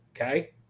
Okay